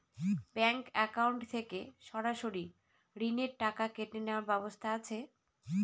Bank account থেকে সরাসরি ঋণের টাকা কেটে নেওয়ার ব্যবস্থা আছে?